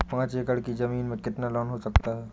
पाँच एकड़ की ज़मीन में कितना लोन हो सकता है?